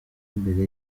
mbere